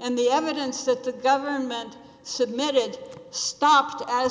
and the evidence that the government submitted stopped as